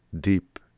deep